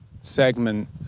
segment